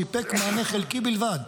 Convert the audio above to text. סיפק מענה חלקי בלבד,